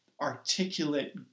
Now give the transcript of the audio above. articulate